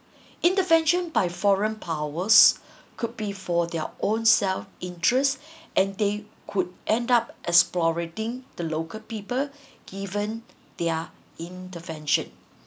intervention by foreign powers could be for their own self interest and they could end up exploiting the local people given their intervention